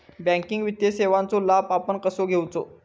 Banking वित्तीय सेवाचो लाभ आपण कसो घेयाचो?